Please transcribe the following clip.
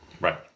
Right